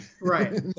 Right